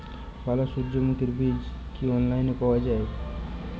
ভালো সূর্যমুখির বীজ কি অনলাইনে পাওয়া যায়?